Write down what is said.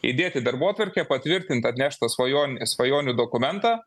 įdėt į darbotvarkę patvirtint atneštą svajon svajonių dokumentą